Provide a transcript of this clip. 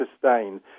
sustain